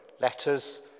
letters